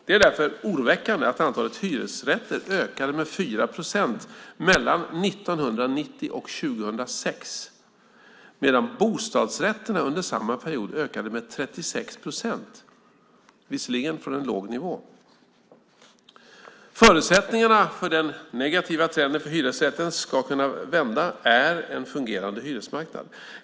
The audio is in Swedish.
Det är därför oroväckande att antalet hyresrätter ökade med 4 procent mellan 1990 och 2006 medan bostadsrätterna under samma period ökade med 36 procent, visserligen från en låg nivå. Förutsättningarna för att den negativa trenden för hyresrätten ska kunna vända är en fungerande hyresmarknad.